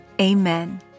Amen